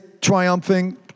triumphing